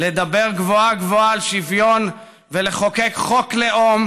לדבר גבוהה-גבוהה על שוויון ולחוקק חוק לאום,